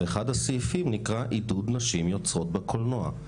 ואחד הסעיפים נקרא עידוד נשים יוצרות בקולנוע.